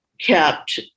kept